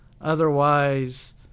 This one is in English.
otherwise